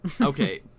Okay